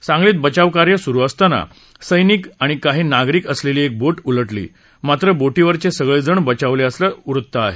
सांगलीत बचावकार्य सुरु असताना सैनिक आणि काही नागरिक असलेली एक बोट उलटली मात्र बोटीवरच्या सगळे जण बचावले असल्याचं वृत्त आहे